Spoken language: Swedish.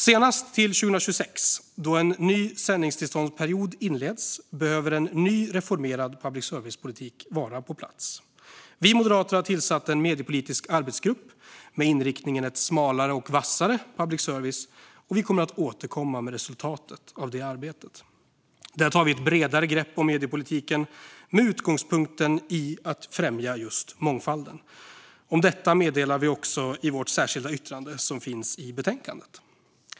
Senast till 2026, då en ny sändningstillståndsperiod inleds, behöver en ny reformerad public service-politik vara på plats. Vi moderater har tillsatt en mediepolitisk arbetsgrupp med inriktning mot en smalare och vassare public service, och vi kommer att återkomma med resultatet av det arbetet. Där tar vi ett bredare grepp om mediepolitiken med utgångspunkt i att främja just mångfalden. Om detta meddelar vi också i vårt särskilda yttrande som finns i betänkandet.